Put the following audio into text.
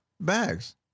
bags